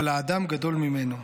אבל האדם גדול ממנו.